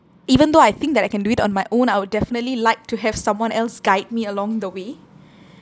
even though I think that I can do it on my own I would definitely like to have someone else guide me along the way